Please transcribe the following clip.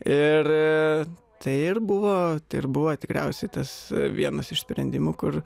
ir tai ir buvo tai ir buvo tikriausiai tas vienas iš sprendimų kur